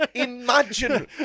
Imagine